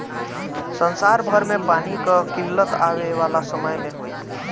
संसार भर में पानी कअ किल्लत आवे वाला समय में होई